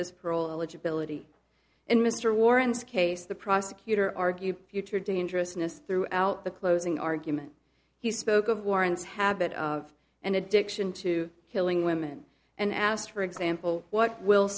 eligibility and mr warren's case the prosecutor argued future dangerousness throughout the closing argument he spoke of warren's habit of an addiction to killing women and asked for example what will